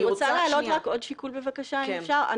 אני רוצה להעלות עוד שיקול, אם אפשר.